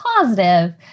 positive